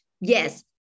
yes